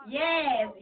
yes